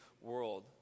world